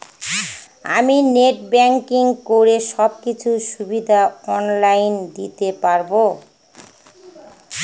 আমি net banking করে সব কিছু সুবিধা অন লাইন দিতে পারবো?